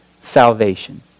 salvation